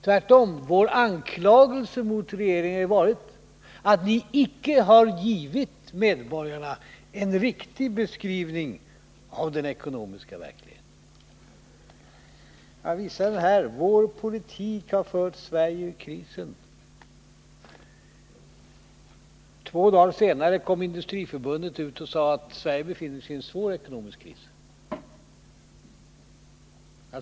Tvärtom har vår anklagelse mot regeringen varit att ni icke givit medborgarna en riktig beskrivning av den ekonomiska verkligheten. Jag visade tidigare den här broschyren ”Vår politik har fört Sverige ur krisen”. Två dagar senare gick Industriförbundet och sade att Sverige befinner sig i en svår ekonomisk kris.